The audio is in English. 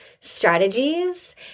strategies